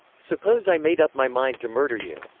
suppose i made up my mind to murder you,